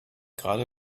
gerade